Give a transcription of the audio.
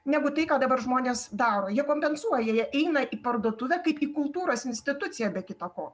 negu tai ką dabar žmonės daro jie kompensuoja jie eina į parduotuvę kaip į kultūros instituciją be kita ko